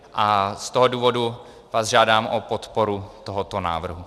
Z toho důvodu vás žádám o podporu tohoto návrhu.